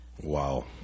Wow